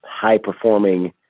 high-performing